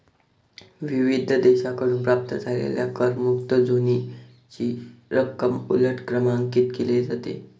विविध देशांकडून प्राप्त झालेल्या करमुक्त झोनची रक्कम उलट क्रमांकित केली जाते